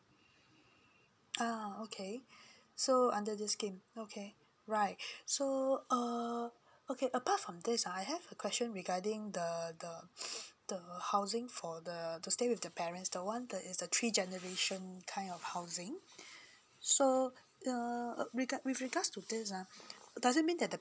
ah okay so under this scheme okay right so err okay apart from this I have a question regarding the the the housing for the to stay with the parents the one that is the three generation kind of housing so err regard with regards to this ah doesn't mean that the